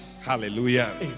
Hallelujah